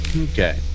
Okay